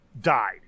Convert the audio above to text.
died